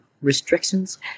restrictions